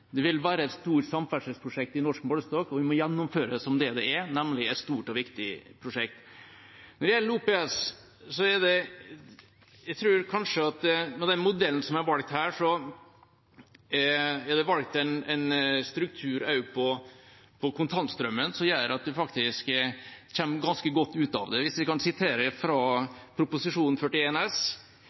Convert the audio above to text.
Det vil være et stort samferdselsprosjekt i norsk målestokk, og vi må gjennomføre det som det det er, nemlig et stort og viktig prosjekt. Når det gjelder OPS, tror jeg kanskje at med den modellen som er valgt her, er det valgt en struktur også på kontantstrømmen som gjør at en faktisk kommer ganske godt ut av det. Hvis jeg kan sitere fra Prop. 41 S